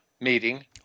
meeting